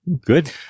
Good